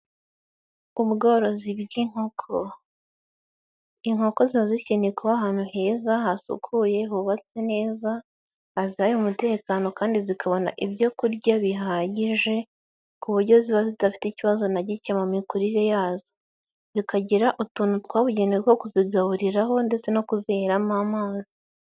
bworozi bw'inkoko, inkoko ziba zikeneye kuba ahantu heza hasukuye hubatswe neza, ahantu hari umutekano kandi zikabona ibyokurya bihagije ku buryo ziba zidafite ikibazo na gike mu mikurire yazo, zikagira utuntu twabugenewe two kuzigaburiraho ndetse no kuziheramo amazi.